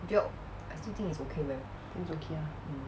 think it's okay ah